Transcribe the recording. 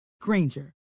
Granger